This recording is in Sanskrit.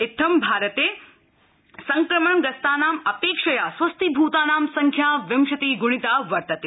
इत्थं भारते सक्रमणग्रस्तानाम् अपेक्षया स्वस्थीभूतानो संख्या विशग्णिता वर्तते